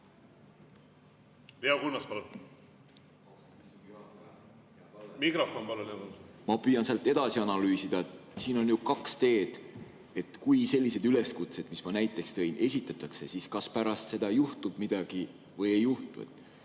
Ma püüan sealt edasi analüüsida. Siin on ju kaks teed – kui sellised üleskutsed, mille ma näiteks tõin, esitatakse, siis kas pärast seda juhtub midagi või ei juhtu.